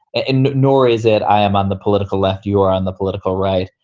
and nor is it. i am on the political left. you are on the political right.